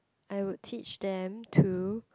I would teach them to